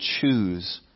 choose